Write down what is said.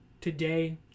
today